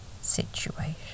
situation